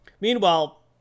Meanwhile